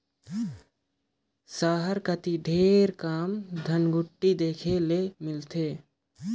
सहर कती ढेरे कम धनकुट्टी देखे ले मिलथे